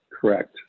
Correct